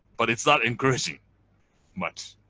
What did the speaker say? but it's not encouraging much.